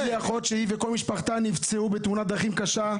יש לי אחות שהיא וכל משפחתה נפצעו בתאונת דרכים קשה,